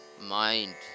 mind